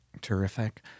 Terrific